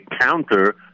counter